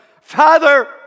Father